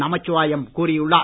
நமச்சிவாயம் கூறியுள்ளார்